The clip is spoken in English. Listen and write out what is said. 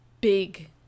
big